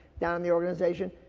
now in the organization.